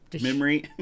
Memory